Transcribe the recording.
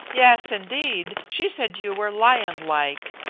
yes, indeed she said you were lion-like,